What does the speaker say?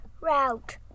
route